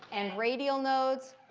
and radial node?